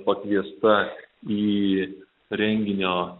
pakviesta į renginio